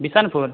Bisanpur